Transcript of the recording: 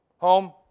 Home